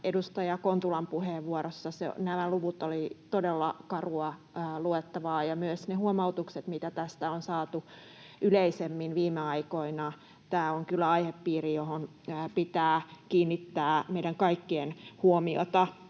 Edustaja Kontulan puheenvuorossa nämä luvut olivat todella karua luettavaa — ja myös ne huomautukset, mitä tästä on saatu yleisemmin viime aikoina. Tämä on kyllä aihepiiri, johon meidän kaikkien pitää kiinnittää huomiota.